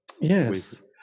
Yes